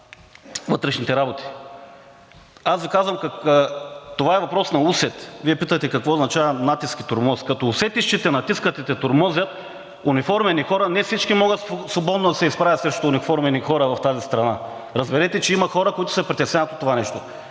вътрешните работи. Казвам Ви, това е въпрос на усет. Вие питате какво означава натиск и тормоз – като усетиш, че те натискат и те тормозят униформени хора. Не всички могат свободно да се изправят срещу униформени хора в тази страна. Разберете, че има хора, които се притесняват от това нещо.